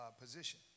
position